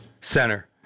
center